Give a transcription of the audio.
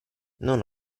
non